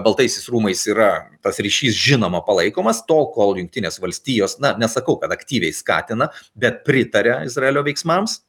baltaisiais rūmais yra tas ryšys žinoma palaikomas tol kol jungtinės valstijos na nesakau kad aktyviai skatina bet pritaria izraelio veiksmams